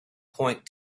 point